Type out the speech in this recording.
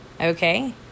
okay